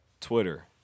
Twitter